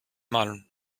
man